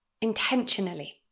Intentionally